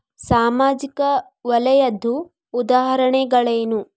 ಸಾಮಾಜಿಕ ವಲಯದ್ದು ಉದಾಹರಣೆಗಳೇನು?